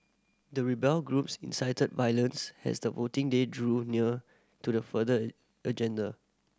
the rebel groups incited violence has the voting day drew near to the further agenda